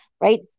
right